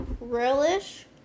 relish